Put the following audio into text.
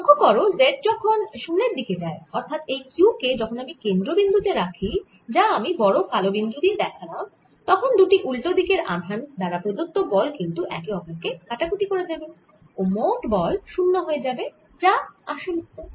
লক্ষ্য করো z যখন 0 এর দিকে যায় অর্থাৎ এই q কে যখন আমি কেন্দ্র বিন্দু তে রাখি যা আমি বড় কালো বিন্দু দিয়ে দেখালাম তখন দুটি উল্টো দিকের আধান দ্বারা প্রদত্ত বল কিন্তু একে অপর কে কাটাকুটি করে দেবে ও মোট বল শূন্য হয়ে যাবে যা আসল উত্তর